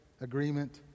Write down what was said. agreement